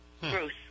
bruce